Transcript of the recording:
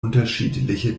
unterschiedliche